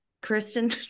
Kristen